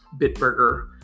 Bitburger